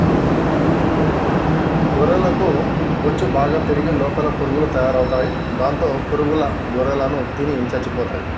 గొర్రెలకు బొచ్చు బాగా పెరిగి లోపల పురుగులు తయారవుతాయి దాంతో పురుగుల గొర్రెలను తిని చచ్చిపోతాయి